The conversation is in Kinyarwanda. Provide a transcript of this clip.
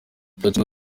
platini